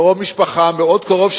קרוב משפחה מאוד קרוב,